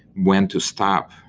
when to stop,